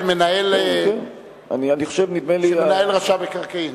מנהל רשם המקרקעין.